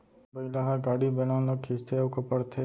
बइला हर गाड़ी, बेलन ल खींचथे अउ कोपरथे